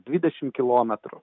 dvidešimt kilometrų